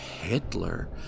Hitler